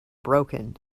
broken